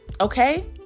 okay